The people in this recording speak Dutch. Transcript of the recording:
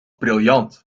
briljant